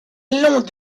long